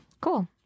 Cool